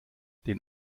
den